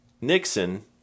Nixon